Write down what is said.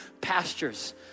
pastures